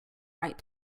right